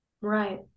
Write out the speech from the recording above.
Right